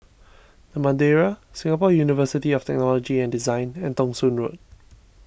the Madeira Singapore University of Technology and Design and Thong Soon Road